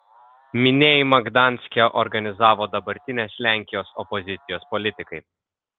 minėjimą gdanske organizavo dabartinės lenkijos opozicijos politikai